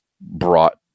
brought